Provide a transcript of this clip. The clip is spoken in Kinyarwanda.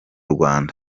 rwanda